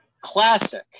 classic